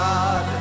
God